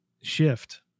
shift